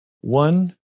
One